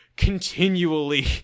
Continually